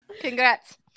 Congrats